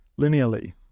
linearly